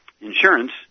insurance